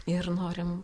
ir norim